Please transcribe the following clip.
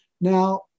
Now